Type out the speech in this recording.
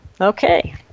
Okay